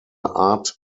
art